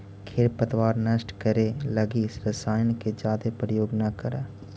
खेर पतवार नष्ट करे लगी रसायन के जादे प्रयोग न करऽ